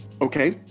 Okay